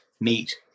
meat